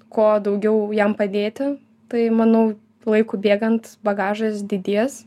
kuo daugiau jam padėti tai manau laikui bėgant bagažas didės